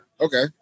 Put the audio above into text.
Okay